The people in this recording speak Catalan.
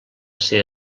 ser